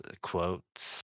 quotes